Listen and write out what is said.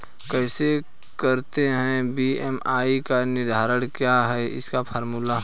कैसे करते हैं बी.एम.आई का निर्धारण क्या है इसका फॉर्मूला?